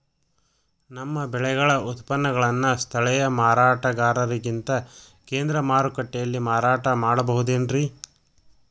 ನಮ್ಮ ಬೆಳೆಗಳ ಉತ್ಪನ್ನಗಳನ್ನ ಸ್ಥಳೇಯ ಮಾರಾಟಗಾರರಿಗಿಂತ ಕೇಂದ್ರ ಮಾರುಕಟ್ಟೆಯಲ್ಲಿ ಮಾರಾಟ ಮಾಡಬಹುದೇನ್ರಿ?